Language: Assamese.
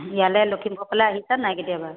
ইয়ালে লখিমপুৰৰ ফালে আহিছা নে নাই কেতিয়াবা